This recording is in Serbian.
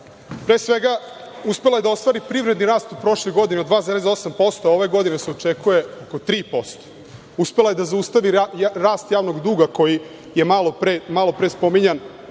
Pre svega, uspela je da ostvari privredni rast u prošloj godini od 2,8%. Ove godine se očekuje oko 3%. Uspela je da zaustavi rast javnog duga koji je malo pre spominjan